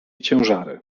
ciężary